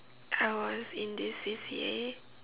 I was in this C_C_A